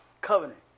Covenant